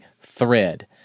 thread